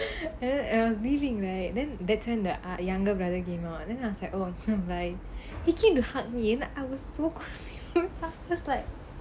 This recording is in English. and then I was leaving right then that time the younger brother came out then I was like oh bye bye he came to hug me and I was so confused I was like